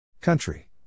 Country